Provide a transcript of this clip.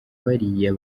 bariya